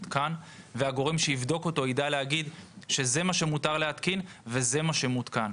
שהגורם שיבדוק אותו יודע להגיד שזה מה שמותר להתקין וזה באמת מה שמותקן.